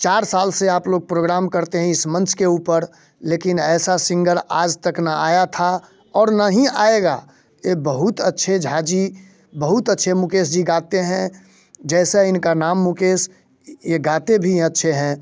चार साल से आप लोग प्रोग्राम करते हैं इस मंच के ऊपर लेकिन ऐसा सिंगर आज तक ना आया था और ना ही आएगा ये बहुत अच्छे झा जी बहुत अच्छे मुकेश जी गाते हैं जैसा इनका नाम मुकेश ये गाते भी अच्छे हैं